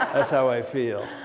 that's how i feel.